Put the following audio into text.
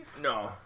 No